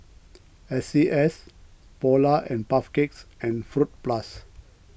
S C S Polar and Puff Cakes and Fruit Plus